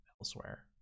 elsewhere